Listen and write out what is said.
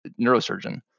neurosurgeon